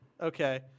okay